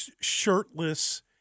shirtless